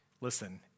Listen